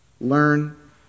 learn